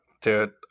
dude